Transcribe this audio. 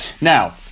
Now